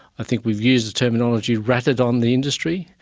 i think we've used the terminology ratted on the industry.